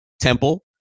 Temple